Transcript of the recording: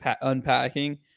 unpacking